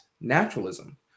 naturalism